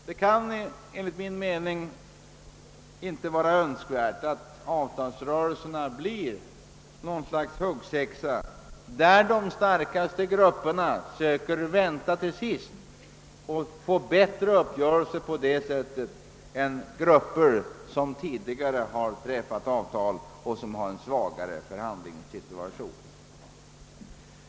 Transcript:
Det kan enligt min mening inte vara Önskvärt att avtalsrörelserna blir något slags huggsexa, där de starkaste grupperna försöker vänta till sist och på det sättet får en bättre uppgörelse än de grupper, som har träffat avtal tidigare och som har en svagare förhandlingssituation.